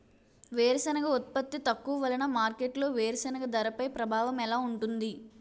వేరుసెనగ ఉత్పత్తి తక్కువ వలన మార్కెట్లో వేరుసెనగ ధరపై ప్రభావం ఎలా ఉంటుంది?